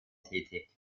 tätig